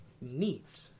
Neat